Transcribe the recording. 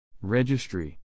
Registry